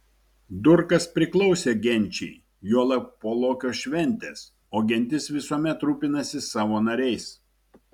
durkas priklausė genčiai juolab po lokio šventės o gentis visuomet rūpinasi savo nariais